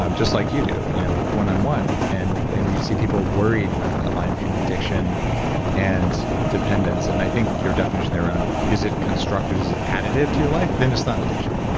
um just like you do, you know one on one. and and you see people worried about that line between addiction and dependence, and i think your definition there around is it constructive, is it additive to your life, then it's not an addiction,